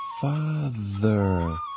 Father